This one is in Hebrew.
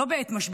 לא בעת משבר,